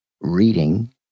Reading